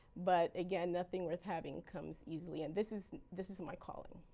but again nothing worth having comes easily and this is this is my calling.